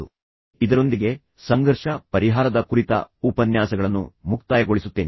ಆದ್ದರಿಂದ ಇದರೊಂದಿಗೆ ನಾನು ಸಂಘರ್ಷ ಪರಿಹಾರದ ಕುರಿತ ಉಪನ್ಯಾಸಗಳನ್ನು ಮುಕ್ತಾಯಗೊಳಿಸುತ್ತೇನೆ